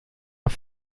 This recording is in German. auf